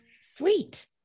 Sweet